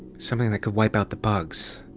something that could wipe out the bugs.